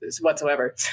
whatsoever